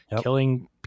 killing